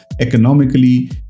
economically